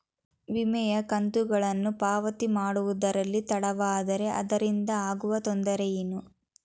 ವಿಮೆಯ ಕಂತುಗಳನ್ನು ಪಾವತಿ ಮಾಡುವುದರಲ್ಲಿ ತಡವಾದರೆ ಅದರಿಂದ ಆಗುವ ತೊಂದರೆ ಏನು?